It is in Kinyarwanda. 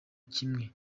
kimwe